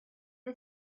the